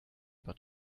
but